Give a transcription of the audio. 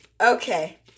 Okay